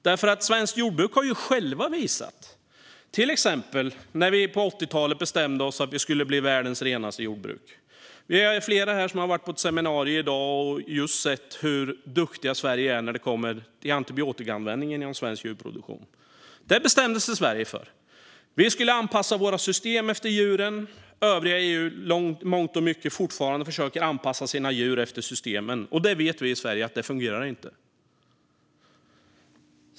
På 80-talet bestämde vi att det svenska jordbruket skulle bli världens renaste. Flera av oss har i dag varit på ett seminarium och sett hur duktiga vi är i Sverige när det gäller antibiotikaanvändningen inom svensk djurproduktion. Detta bestämde Sverige sig för. Vi skulle anpassa våra system efter djuren, medan övriga EU i mångt och mycket fortfarande försöker anpassa sina djur efter systemen. Vi i Sverige vet att detta inte fungerar.